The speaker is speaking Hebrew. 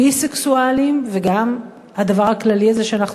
ביסקסואלים וגם הדבר הכללי הזה שאנחנו